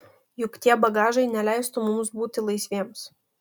juk tie bagažai neleistų mums būti laisviems